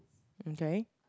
okay